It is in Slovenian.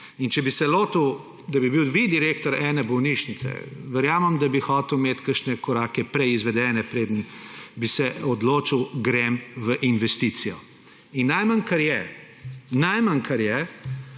in če bi se lotil, da bi bili vi direktor ene bolnišnice, verjamem, da bi hoteli imeti kakšne korake prej izvedene, preden bi se odločili – grem v investicijo. In najmanj, kar je, najmanj, kar je,